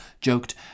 joked